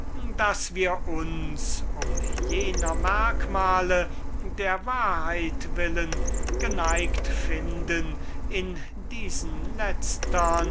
daß wir uns um jener merkmale der wahrheit willen geneigt finden in diesem letztern